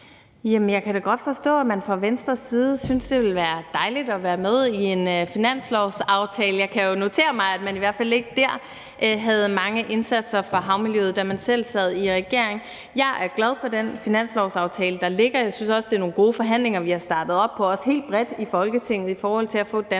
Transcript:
jeg kan da godt forstå, at man fra Venstres side synes, det ville være dejligt at være med i en finanslovsaftale. Jeg kan jo notere mig, at man i hvert fald ikke havde mange indsatser for havmiljøet, da man selv sad i regering. Jeg er glad for den finanslovsaftale, der ligger. Jeg synes også, det er nogle gode forhandlinger, vi har startet op, også helt bredt i Folketinget i forhold til at få Danmarks